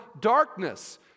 darkness